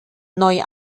neue